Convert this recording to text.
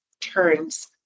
turns